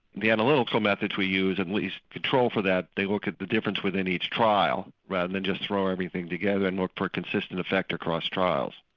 the and so methods we used at least controlled for that. they look at the difference within each trial rather than just throw everything together and look for a consistent effect across trials.